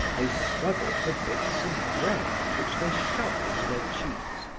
they struggled for bits of bread which they shoved into their cheeks,